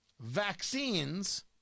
vaccines